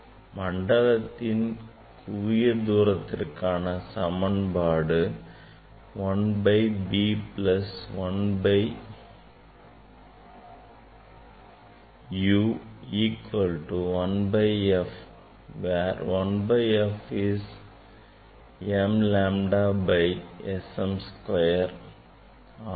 மண்டலத்தின் குவிய தூரத்திற்கான சமன்பாடு 1 by b plus 1 by u equal to 1 by f where 1 by f is m lambda by S m square ஆகும்